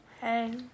Hey